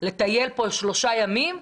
לטייל פה שלושה ימים,